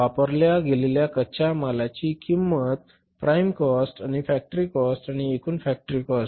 वापरल्या गेलेल्या कच्च्या मालाची किंमत प्राइम कॉस्ट आणि फॅक्टरी कॉस्ट आणि एकूण फॅक्टरी कॉस्ट